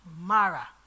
Mara